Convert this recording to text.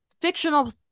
fictional